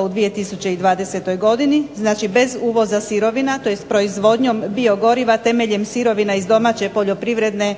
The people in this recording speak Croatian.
u 2020. godini, znači bez uvoza sirovina tj. proizvodnjom biogoriva temeljem sirovina iz domaće poljoprivredne